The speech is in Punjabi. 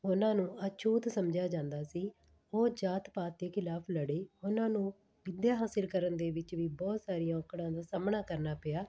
ਉਹਨਾਂ ਨੂੰ ਅਛੂਤ ਸਮਝਿਆ ਜਾਂਦਾ ਸੀ ਉਹ ਜਾਤ ਪਾਤ ਦੇ ਖਿਲਾਫ ਲੜੇ ਉਹਨਾਂ ਨੂੰ ਵਿੱਦਿਆ ਹਾਸਲ ਕਰਨ ਦੇ ਵਿੱਚ ਵੀ ਬਹੁਤ ਸਾਰੀਆਂ ਔਕੜਾਂ ਦਾ ਸਾਹਮਣਾ ਕਰਨਾ ਪਿਆ